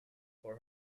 for